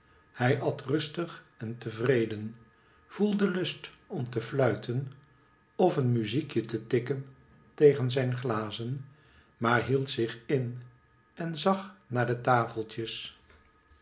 hij at rustig en tevreden voclde lust om te fluiten of een muziekje te tikken tegen zijn glazen maar hield zich in en zag naar de tafeltjes